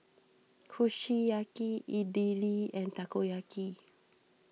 Kushiyaki Idili and Takoyaki